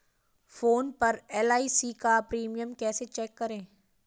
Phone पर LIC का premium कैसे चेक करें?